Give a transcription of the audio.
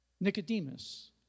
Nicodemus